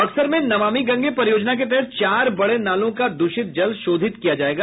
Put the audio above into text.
बक्सर में नमामि गंगे परियोजना के तहत चार बड़े नालों का दूषित जल शोधित किया जायेगा